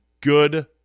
good